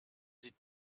sie